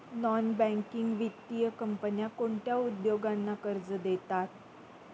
Non banking वित्तीय कंपन्या कोणत्या उद्योगांना कर्ज देतात?